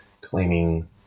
claiming